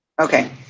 Okay